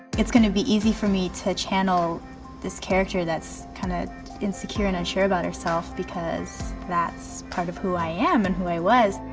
it's gonna be easy for me to channel this character that's kinda insecure and unsure about herself because that's part of who i am and who i was.